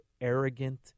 arrogant